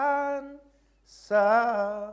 answer